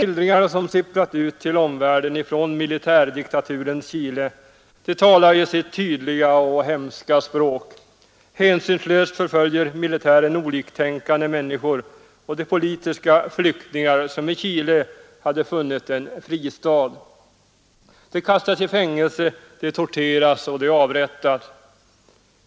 De skildringar som sipprat ut till omvärlden ifrån militärdiktaturen i Chile talar sitt tydliga och hemska språk. Hänsynslöst förföljer militären oliktänkande människor, och de politiska flyktingar som i Chile hade funnit en fristad kastas i fängelse, torteras och avrättas.